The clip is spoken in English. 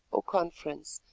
or conference,